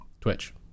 twitch